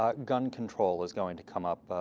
ah gun control is going to come up,